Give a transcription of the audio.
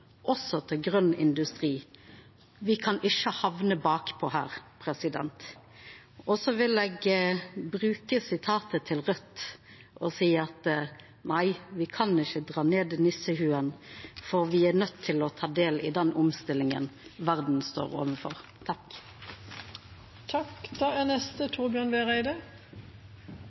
også til grønn industri. Vi kan ikke havne bakpå her. Så vil jeg bruke sitatet til Rødt og si at nei, vi kan ikke dra ned nisseluen. Vi er nødt til å ta del i den omstillingen verden står overfor.